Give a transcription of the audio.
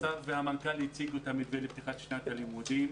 בשבוע שעבר השר והמנכ"ל הציגו את המתווה לפתיחת שנת הלימודים